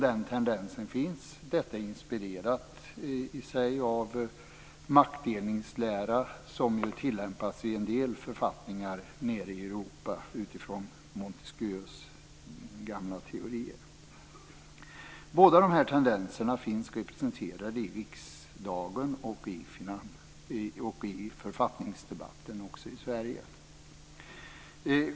Den tendensen finns, i sig inspirerad av den maktdelningslära som tillämpas i en del författningar nere i Europa utifrån Montesquieus gamla teorier. Båda dessa tendenser finns representerade i riksdagen och i författningsdebatten också i Sverige.